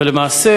ולמעשה,